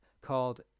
called